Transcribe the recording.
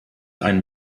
ein